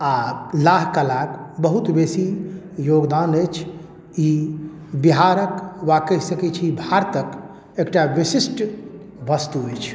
आओर लाह कलाके बहुत बेसी योगदान अछि ई बिहारके वा कहि सकै छी भारतके एकटा विशिष्ट वस्तु अछि